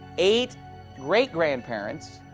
eight great grandparents,